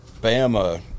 Bama